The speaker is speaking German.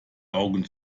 augen